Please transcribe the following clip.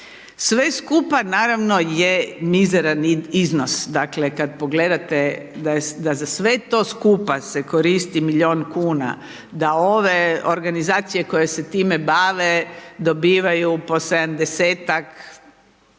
Sve skupa naravno je mizeran iznos, dakle kada pogledate da za sve to skupa se koristi milijun kuna, da ove organizacije koje se time bave dobivaju po 70-ak